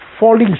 Falling